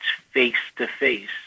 face-to-face